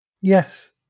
Yes